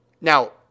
now